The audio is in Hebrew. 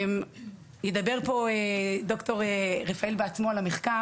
ידבר פה ד"ר רפאל בעצמו על המחקר.